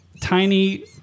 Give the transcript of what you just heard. tiny